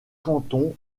cantons